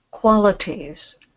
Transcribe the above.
qualities